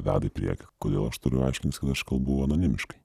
veda į priekį kodėl aš turiu aiškintis kad aš kalbu anonimiškai